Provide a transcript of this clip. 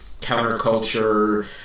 counterculture